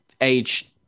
age